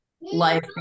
life